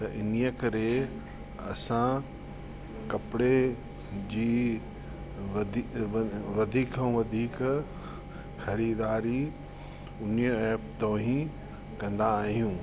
त इन्हीअ करे असां कपिड़े जी वधी वधीक खां वधीक ख़रीदारी उन्हीअ एप था ई कंदा आहियूं